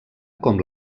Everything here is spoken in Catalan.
com